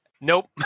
Nope